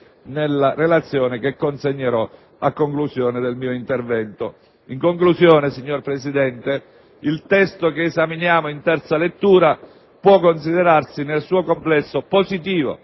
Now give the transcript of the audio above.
nella relazione che consegnerò a conclusione del mio intervento. Il testo che esaminiamo in terza lettura può considerarsi nel suo complesso positivo